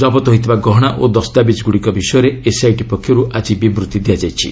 ଜବତ ହୋଇଥିବା ଗହଣା ଓ ଦସ୍ତାବିକ୍ଗୁଡ଼ିକ ବିଷୟରେ ଏସ୍ଆଇଟି ପକ୍ଷରୁ ଆଜି ବିବୃତ୍ତି ଦିଆଯାଇଛି